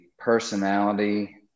personality